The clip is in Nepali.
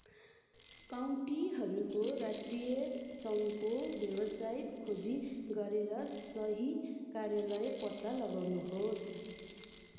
काउन्टीहरूको राष्ट्रिय सङ्घको वेबसाइट खोजी गरेर सही कार्यालय पत्ता लगाउनुहोस्